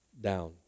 down